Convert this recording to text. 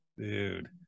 Dude